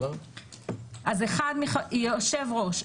אז אחד יושב ראש,